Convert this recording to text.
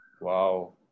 Wow